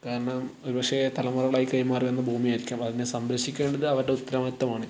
കാരണം ഒരു പക്ഷെ തലമുറകളായി കൈമാറി വന്ന ഭൂമി ആയിരിക്കും അപ്പോൾ അതിനെ സംരക്ഷിക്കേണ്ടത് അവരുടെ ഉത്തരവാദിത്തമാണ്